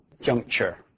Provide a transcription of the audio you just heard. juncture